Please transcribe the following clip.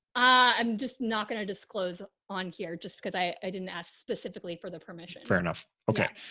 i'm just not going to disclose on here just cause i didn't ask specifically for the purpose. fair enough. okay.